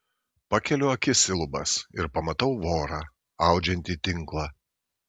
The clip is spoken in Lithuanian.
pakeliu akis į lubas ir pamatau vorą audžiantį tinklą